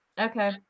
Okay